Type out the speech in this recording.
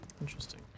Interesting